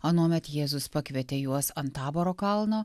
anuomet jėzus pakvietė juos ant taboro kalno